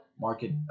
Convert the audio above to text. market